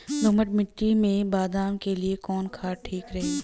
दोमट मिट्टी मे बादाम के लिए कवन खाद ठीक रही?